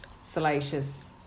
salacious